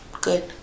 Good